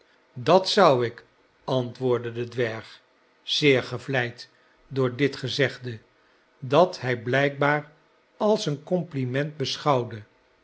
dat zou ik antwoordde de dwerg zeer gevleid door dit gezegde dat hij blijkbaar als een compliment beschouwde